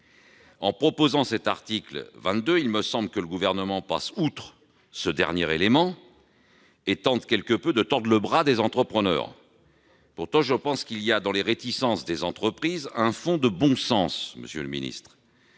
d'adopter cet article, il me semble que le Gouvernement passe outre ce dernier élément et tente quelque peu de tordre le bras des entrepreneurs. Pourtant, je pense qu'il y a dans les réticences des entreprises un fond de bon sens, d'autant